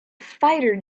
fighter